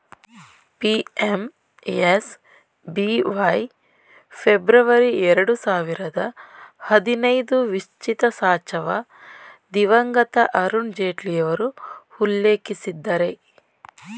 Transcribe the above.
PMSBY February ಎರಡು ಸಾವಿರದ ಹದಿನೈದು ವಿತ್ಚಿತಸಾಚವ ದಿವಂಗತ ಅರುಣ್ ಜೇಟ್ಲಿಯವರು ಉಲ್ಲೇಖಿಸಿದ್ದರೆ